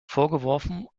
vorgeworfen